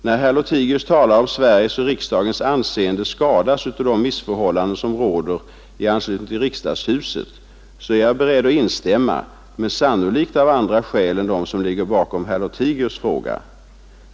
När herr Lothigius talar om att Sveriges och riksdagens anseende skadas av de missförhållanden som råder i anslutning till riksdagshuset är jag beredd att instämma, men sannolikt av andra skäl än dem som ligger bakom herr Lothigius” fråga.